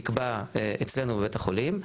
נקבע אצלנו בבית החולים,